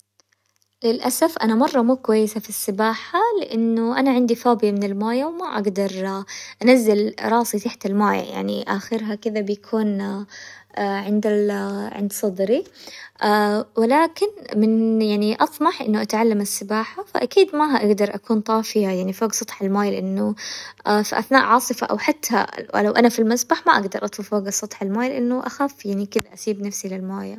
للأسف أنا مرة مو كويسة في السباحة لأنه أنا عندي فوبيا من الموية، وما أقدر أنزل راسي تحت الموية يعني آخرها كذا بيكون عند ال- عند صدري، ولكن من يعني أطمح إنه أتعلم السباحة فأكيد ما حقدر أكون طافية، يعني فوق سطح الموية لأنه في أثناء عاصفة أو حتى لو أنا في المسبح ما أقدر أطفو فوق سطح الموية، لأنه أخاف يعني كذا أسيب نفسي للموية.